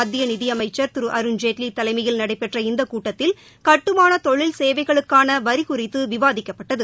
மத்திய நிதியமைச்சர் திரு அருண்ஜேட்லி தலைமையில் நடைபெற்ற இந்தக் கூட்டத்தில் கட்டுமான தொழில் சேவைகளுக்கான வரி குறித்து விவாதிக்கப்பட்டது